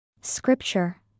Scripture